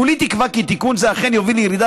כולי תקווה כי תיקון זה אכן יוביל לירידה